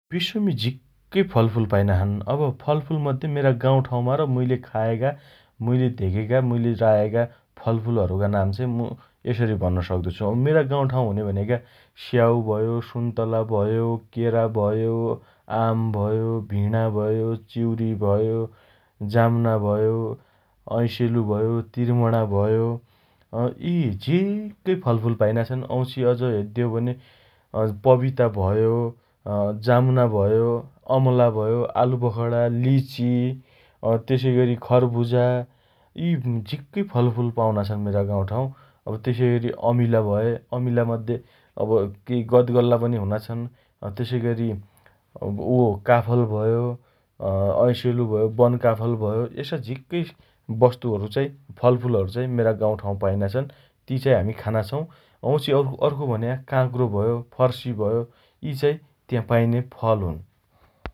विश्वमी झिक्कै फलफूल पाइना छन् । अब फलफूलमध्ये मेरा गाउँठाउँमा र मुइले खायाका मुइले धेकेका, मुइले रायाका फलफूलहरुका नाम चाइ मु यसरी भन्न सक्तो छु । अब मेरा गाउँठाउँ हुने भनेका स्याउ भयो । सुन्तला भयो । केरा भयो । आम भयो । भिणा भयो । चिउरी भयो । जाम्ना भयो । ऐसेलु भयो । त्रिमणा भयो । अँ यी झिक्कै फलफूल पाइना छन् । वाउँछि अझ हेद्दे हो भने अँ पबिता भयो, अँ जाम्ना भयो, अमला भयो, आलुबखणा, लिची, अँ तेसइअरि खरबुजा, यी झिक्कै फलफूल पाउना छन् मेरा गाउँठाउँ । तेसइअरि अमिला भए, अमिला मध्ये अब केही गदगल्ला पनि हुना छन् । अँ तेसइअरि अँ अब ओ काफल भयो। अँ ऐसेलु भयो, बन काफल भयो । यसा झिक्कै वस्तुहरु चाइ फलफूहरु चाइ मेरा गाउँठाउँ पाइना छन् । ती चाइ हामी खाना र्छौँ । वाउँछि अर्क अर्को भन्या काँक्रो भयो, फर्सी भयो, यी चाइ त्या पाइने फलफूल हुन् ।